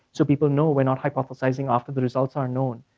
so people know we're not hypothesizing after the results are known,